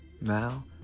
now